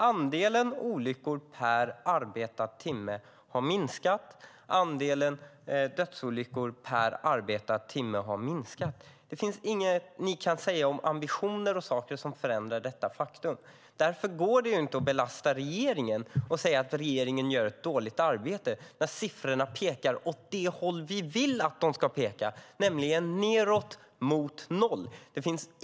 Andelen olyckor per arbetad timme har minskat, och andelen dödsolyckor per arbetad timme har minskat. Inget ni säger om ambitioner och sådant förändrar detta faktum. Det går inte att belasta regeringen och säga att regeringen gör ett dåligt arbete när siffrorna pekar åt det håll vi vill att de ska peka, nämligen nedåt mot noll.